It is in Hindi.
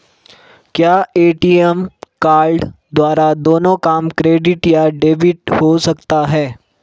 क्या ए.टी.एम कार्ड द्वारा दोनों काम क्रेडिट या डेबिट हो सकता है?